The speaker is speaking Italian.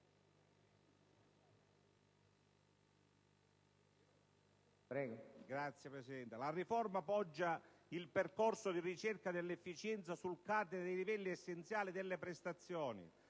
*(PdL)*. La riforma poggia il percorso di ricerca dell'efficienza sul cardine dei livelli essenziali delle prestazioni